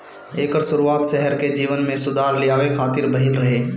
एकर शुरुआत शहर के जीवन में सुधार लियावे खातिर भइल रहे